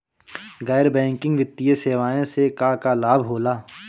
गैर बैंकिंग वित्तीय सेवाएं से का का लाभ होला?